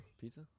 pizza